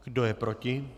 Kdo je proti?